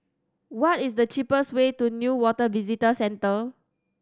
what is the cheapest way to Newater Visitor Centre